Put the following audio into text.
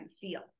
feel